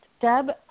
Deb